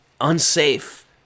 unsafe